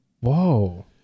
Whoa